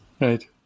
Right